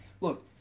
Look